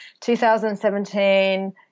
2017